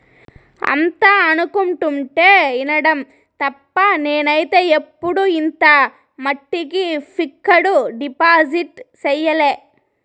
అంతా అనుకుంటుంటే ఇనడం తప్ప నేనైతే ఎప్పుడు ఇంత మట్టికి ఫిక్కడు డిపాజిట్ సెయ్యలే